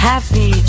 Happy